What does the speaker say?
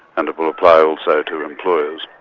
and it will apply also to employers.